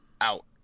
out